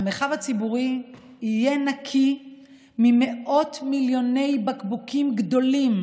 המרחב הציבורי יהיה נקי ממאות מיליוני בקבוקים גדולים,